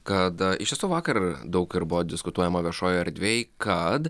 kad iš tiesų vakar daug ir buvo diskutuojama viešojoj erdvėj kad